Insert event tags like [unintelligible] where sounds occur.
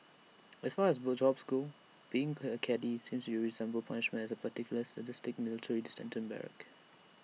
as far as jobs go being [unintelligible] A caddie seems to resemble punishment at A particularly sadistic military detention barrack